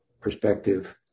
Perspective